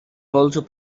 also